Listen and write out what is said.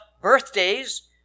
birthdays